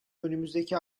önümüzdeki